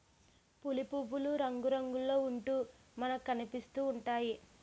పులి పువ్వులు రంగురంగుల్లో ఉంటూ మనకనిపిస్తా ఉంటాయి